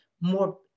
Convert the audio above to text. more